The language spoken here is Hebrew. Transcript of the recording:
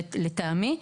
לטעמי,